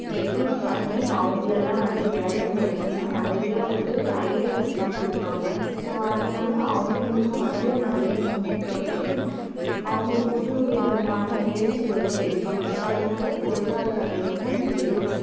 recruit பண்ணி அவங்களெல்லாம் வந்து வேலைக்கு வச்சோம்னா நிறைய வந்து ஐடியாஸ்லாம் கொடுப்பாங்க ஸோ அதனால் அவங்களுக்கும் வந்து நல்ல முன்னேற்றம் கிடைக்கும் அவங்க புதுவிதமான முயற்சிகளும் எடுப்பாங்கள் ஸோ அதனால் பொருளாதாரளமும் ஏறும்